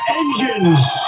engines